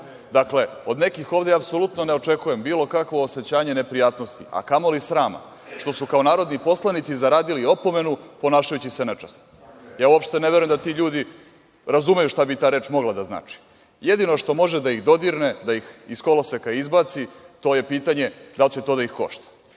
Dakle, od nekih ovde apsolutno ne očekujem ovde bilo kakvo osećanje neprijatnosti, a kamoli srama, što su kao narodni poslanici zaradili opomenu ponašajući se nečasno. Ja uopšte ne verujem da ti ljudi razumeju šta bi ta reč mogla da znači. Jedino što može da ih dodirne, da ih iz koloseka izbaci, to je pitanje da li će to da ih košta.